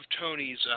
Tony's